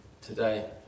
today